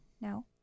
No